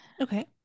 Okay